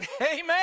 amen